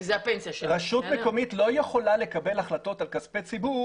רשות מקומית לא יכולה לקבל החלטות על כספי ציבור